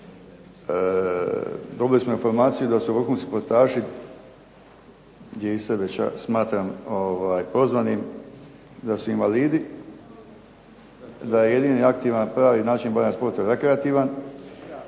Dobili smo informaciju da su vrhunski sportaši, gdje i sebe smatram prozvanim, da su invalidi, da je jedini aktivan i pravi način bavljenja sportom rekreativan